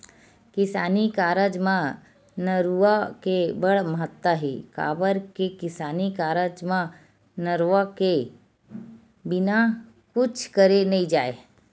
किसानी कारज म नरूवा के बड़ महत्ता हे, काबर के किसानी कारज म नरवा के बिना कुछ करे नइ जाय